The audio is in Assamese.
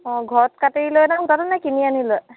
অঁ ঘৰত কাটি লয়নে সূতাটো নে কিনি আনি লয়